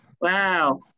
Wow